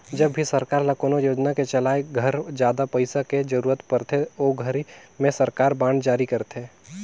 जब भी सरकार ल कोनो योजना के चलाए घर जादा पइसा के जरूरत परथे ओ घरी में सरकार बांड जारी करथे